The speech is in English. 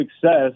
success